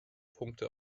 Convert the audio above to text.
punkte